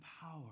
power